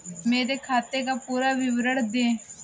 मेरे खाते का पुरा विवरण दे?